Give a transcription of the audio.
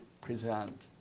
present